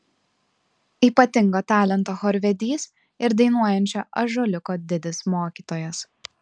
ypatingo talento chorvedys ir dainuojančio ąžuoliuko didis mokytojas